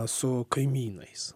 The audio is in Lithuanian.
su kaimynais